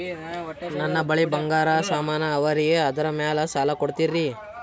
ನನ್ನ ಬಳಿ ಬಂಗಾರ ಸಾಮಾನ ಅವರಿ ಅದರ ಮ್ಯಾಲ ಸಾಲ ಕೊಡ್ತೀರಿ?